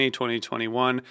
2021